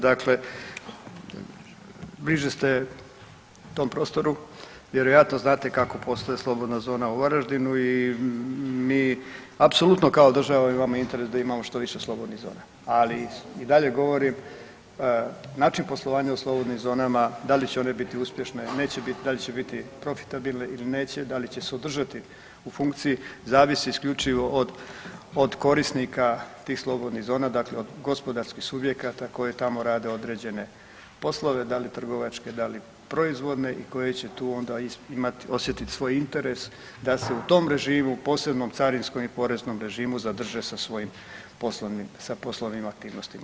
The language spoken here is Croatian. Dakle, bliži ste tom prostoru i vjerojatno znate kako posluje slobodna zona u Varaždinu i mi apsolutno kao država imamo interes da imamo što više slobodnih zona, ali i dalje govorim način poslovanja u slobodnim zonama da li će one biti uspješne, neće bit, da li će bit profitabilne ili neće, da li će se održati u funkciji zavisi isključivo od, od korisnika tih slobodnih zona, dakle od gospodarskih subjekata koje tamo rade određene poslove, da li trgovačke, da li proizvodne i koje će tu onda imat i osjetit svoj interes da se u tom režimu, posebnom carinskom i poreznom režimu zadrže sa svojim poslovnim, sa poslovnim aktivnostima.